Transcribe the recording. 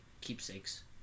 keepsakes